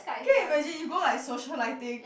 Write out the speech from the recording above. can you image you go like socialiting